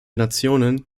nationen